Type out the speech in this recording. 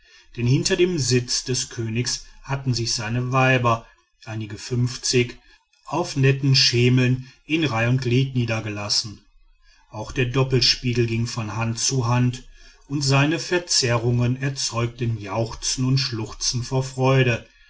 denn hinter dem sitze des königs hatten sich seine weiber einige fünfzig auf netten schemeln in reih und glied niedergelassen auch der doppelspiegel ging von hand zu hand und seine verzerrungen erzeugten jauchzen und schluchzen vor freude